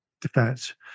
defense